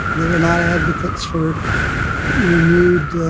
they are not advocates for renewed